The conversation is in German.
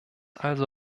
also